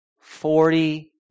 forty